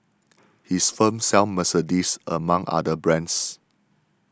his firm sells Mercedes among other brands